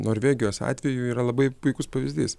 norvegijos atveju yra labai puikus pavyzdys